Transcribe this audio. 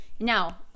Now